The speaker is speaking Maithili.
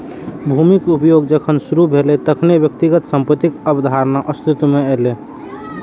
भूमिक उपयोग जखन शुरू भेलै, तखने व्यक्तिगत संपत्तिक अवधारणा अस्तित्व मे एलै